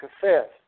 confess